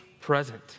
present